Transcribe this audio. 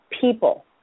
People